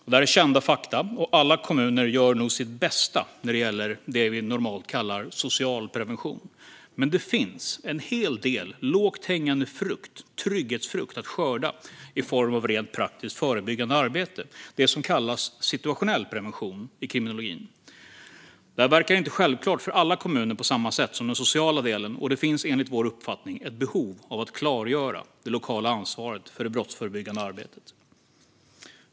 Detta är kända fakta, och alla kommuner gör nog sitt bästa när det gäller det vi normalt kallar social prevention. Men det finns en hel del lågt hängande trygghetsfrukt att skörda i form av rent praktiskt förebyggande arbete, det som i kriminologin kallas situationell prevention. Det verkar inte lika självklart för alla kommuner som i den sociala delen, och det finns enligt vår uppfattning ett behov av att klargöra det lokala ansvaret för det brottsförebyggande arbetet.